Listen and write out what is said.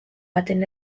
baten